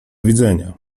widzenia